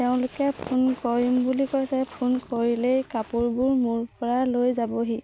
তেওঁলোকে ফোন কৰিম বুলি কৈছে ফোন কৰিলেই কাপোৰবোৰ মোৰপৰা লৈ যাবহি